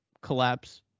collapse